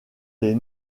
les